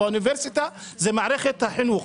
באוניברסיטה זה מערכת החינוך,